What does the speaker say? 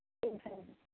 ਠੀਕ ਆ ਜੀ